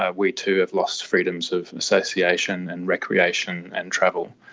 ah we too have lost freedoms of association and recreation and travel.